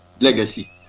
legacy